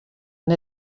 and